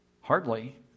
Hardly